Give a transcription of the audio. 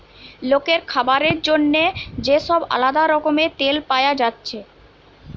লোকের খাবার জন্যে যে সব আলদা রকমের তেল পায়া যাচ্ছে